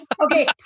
okay